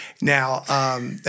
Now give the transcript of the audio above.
Now